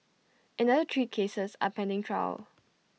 another three cases are pending trial